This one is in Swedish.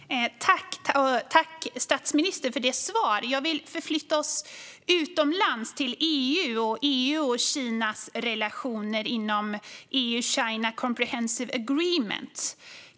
Fru talman! Jag tackar statsministern för detta svar. Jag vill förflytta oss utomlands, till EU och EU:s och Kinas relationer inom EU-China Comprehensive Agreement.